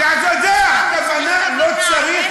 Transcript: כוונה לא צריך.